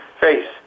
face